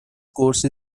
course